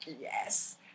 yes